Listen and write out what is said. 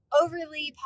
overly